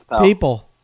people